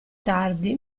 tardi